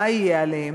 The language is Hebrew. מה יהיה עליהם?